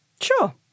Sure